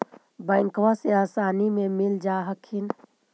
बैंकबा से आसानी मे मिल जा हखिन?